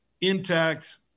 intact